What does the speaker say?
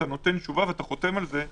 גם בנושא סגר וגם בנושא הזה שכן